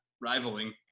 rivaling